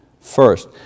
first